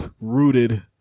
rooted